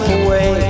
away